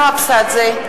ההסתייגות הוסרה.